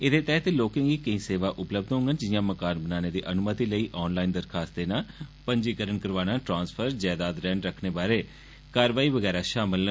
ऐहदे तैहत लोकें गी केंई सेवां उपलब्ध होंगन जिआं मकान बनाने दी अनुमति लेई ऑन लाईन दरखास्त देना पंजीकरण ट्रांस्फर जैदाद रैहन रक्खने बारै कारवाई बगैरा शामल न